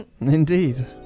Indeed